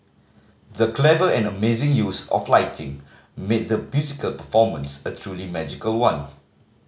the clever and amazing use of lighting made the musical performance a truly magical one